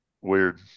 weird